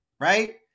right